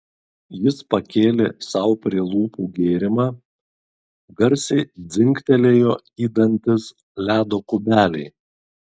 jis pakėlė sau prie lūpų gėrimą garsiai dzingtelėjo į dantis ledo kubeliai